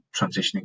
transitioning